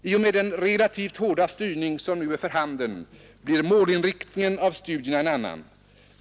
I och med den relativt hårda styrning som nu är för handen blir målinriktningen av studierna en annan.